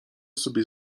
sobie